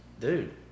dude